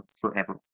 forever